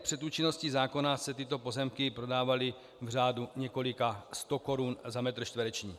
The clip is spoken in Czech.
Před účinností zákona se tyto pozemky prodávaly v řádu několika stokorun za metr čtvereční.